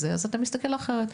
אז מסתכלים על זה אחרת.